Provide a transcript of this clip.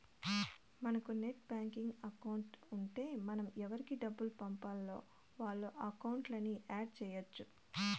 మనకు net banking account ఉంటే మనం ఎవురికి డబ్బులు పంపాల్నో వాళ్ళ అకౌంట్లని యాడ్ చెయ్యచ్చు